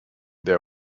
their